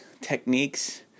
techniques